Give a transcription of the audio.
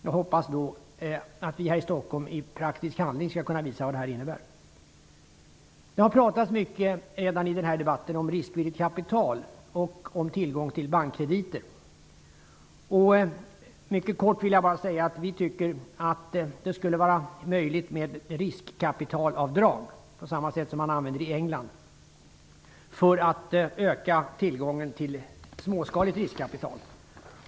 Jag hoppas då att vi i Stockholm i praktisk handling skall kunna visa vad det jag nu talat om innebär. Det har pratats mycket redan i den här debatten om riskvilligt kapital och om tillgång till bankkrediter. Mycket kort vill jag bara säga att vi tycker att det borde vara möjligt med riskkapitalavdrag, på samma sätt som man använder i England, för att öka tillgången till småskaligt riskkapital.